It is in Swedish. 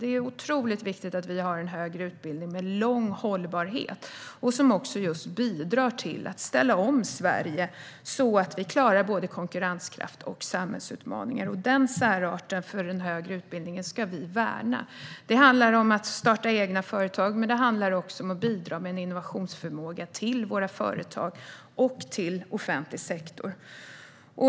Det är otroligt viktigt att vi har en högre utbildning med lång hållbarhet och som också bidrar till att ställa om Sverige så att vi klarar både konkurrenskraft och samhällsutmaningar. Den särarten för den högre utbildningen ska vi värna. Det handlar om att starta egna företag, men det handlar också om att bidra med en innovationsförmåga till våra företag och till offentlig sektor.